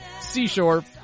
seashore